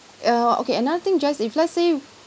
uh okay another thing jess if let's say